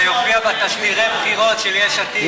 זה יופיע בתשדירי הבחירות של יש עתיד.